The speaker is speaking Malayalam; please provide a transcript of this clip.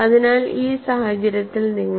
അതിനാൽ ഈ സാഹചര്യത്തിൽ നിങ്ങൾക്ക്